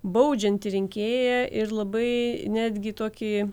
baudžiantį rinkėją ir labai netgi tokį